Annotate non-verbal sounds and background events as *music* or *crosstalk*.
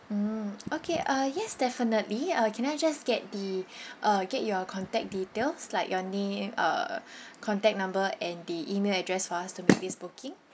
mm okay uh yes definitely uh can I just get the *breath* uh get your contact details like your name uh *breath* contact number and the email address for us to be this booking